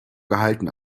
gehalten